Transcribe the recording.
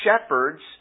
shepherds